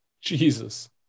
Jesus